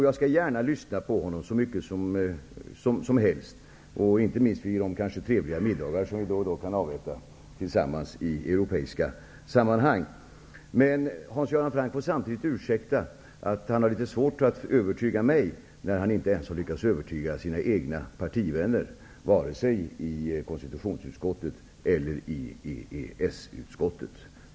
Jag skall gärna lyssna hur mycket som helst på honom -- inte minst vid de trevliga middagar som vi kan äta i europeiska sammanhang. Men Hans Göran Franck må samtidigt ursäkta att han har litet svårt att övertyga mig när han inte ens har lyckats övertyga sina egna partivänner i vare sig konstitutionsutskottet eller EES-utskottet.